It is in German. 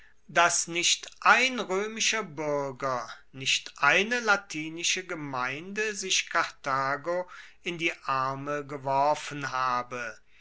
dass nicht ein roemischer buerger nicht eine latinische gemeinde sich karthago in die arme geworfen habe